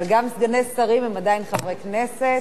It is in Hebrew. אבל גם סגני שרים הם עדיין חברי כנסת,